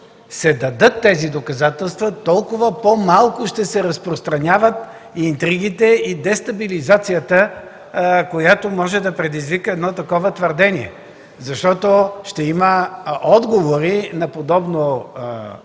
се дадат тези доказателства, толкова по-малко ще се разпространяват интригите и дестабилизацията, която може да предизвика едно такова твърдение. Защото ще има отговори на подобна